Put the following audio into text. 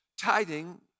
Tithing